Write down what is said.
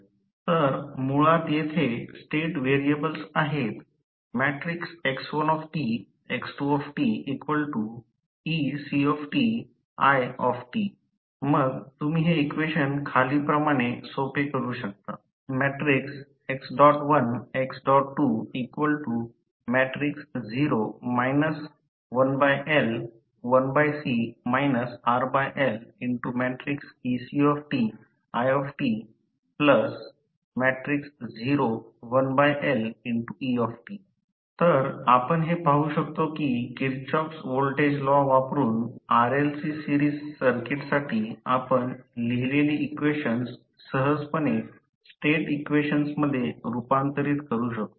तर मुळात येथे स्टेट व्हेरिएबल्स आहेत मग तुम्ही हे इक्वेशन खालील प्रमाणे सोपे करू शकता तर आपण हे पाहू शकतो की किर्चऑफ्स व्होल्टेज लॉ वापरून RLC सिरीस सर्किटसाठी आपण लिहिलेली इक्वेशन्स सहजपणे स्टेट इक्वेशन मध्ये रूपांतरित करू शकतो